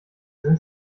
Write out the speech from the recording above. sind